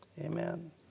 Amen